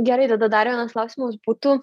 gerai tada dar vienas klausimas būtų